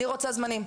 אני רוצה זמנים.